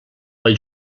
pel